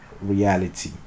reality